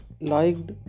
liked